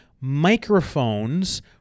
microphones